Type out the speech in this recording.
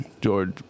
George